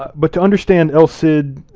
but to understand el cid,